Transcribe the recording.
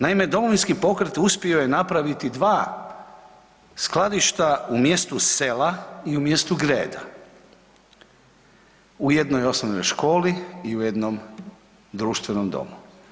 Naime, Domovinski pokret uspio je napraviti dva skladišta u mjestu Sela i u mjestu Greda u jednoj osnovnoj školi i u jednom društvenom domu.